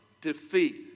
defeat